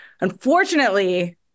Unfortunately